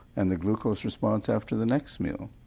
and the glucose response after the next meal.